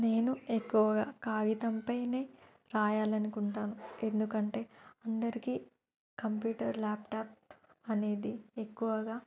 నేను ఎక్కువగా కాగితంపైనే రాయాలనుకుంటాను ఎందుకంటే అందరికీ కంప్యూటర్ ల్యాప్టాప్ అనేది ఎక్కువగా